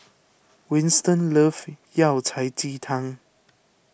Winston loves Yao Cai Ji Tang